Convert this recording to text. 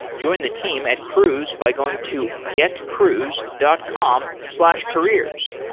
join the team at cruise by going to getcruise dot com slash careers.